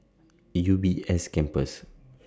E U B S Campus